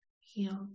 healed